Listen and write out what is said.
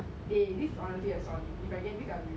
like chair